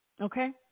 okay